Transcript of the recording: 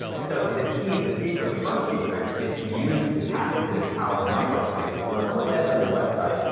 so, the key, the secret, the first secret is to use and tap into this power of micro commitments. so, when someone lands on your website,